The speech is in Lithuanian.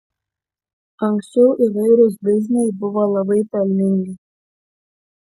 anksčiau įvairūs bizniai buvo labai pelningi